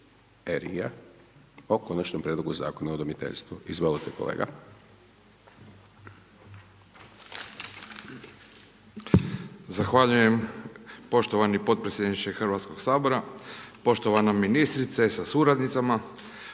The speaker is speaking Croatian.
LRI-a, o konačnom Prijedlogu Zakona o udomiteljstvu. Izvolite kolega. **Demetlika, Tulio (IDS)** Zahvaljujem poštovani podpredsjedniče Hrvatskog sabora, poštovana ministrice sa suradnicama,